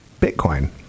Bitcoin